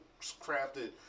crafted